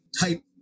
type